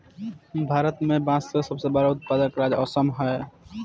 भारत में बांस के सबसे बड़का उत्पादक राज्य असम ह